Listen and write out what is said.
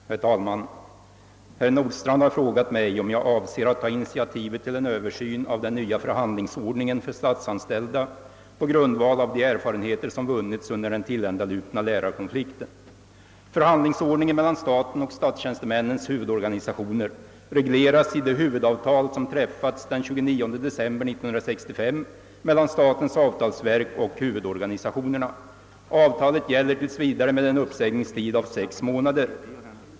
Herr talman! Herr Nordstrandh har frågat mig, om jag avser att ta initiativet till en översyn av den nya förhandlingsordningen för statsanställda på grundval av de erfarenheter som vunnits under den tilländalupna lärarkonflikten. Förhandlingsordningen mellan staten och statstjänstemännens huvudorganisationer regleras i det huvudavtal som träffats den 29 december 1965 mellan statens avtalsverk och huvudorganisationerna. Avtalet gäller tills vidare med en uppsägningstid av sex månader.